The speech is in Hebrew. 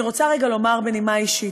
אני רוצה רגע לומר בנימה אישית: